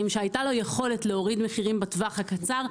שהייתה לו יכולת להוריד מחירים בטווח הקצר,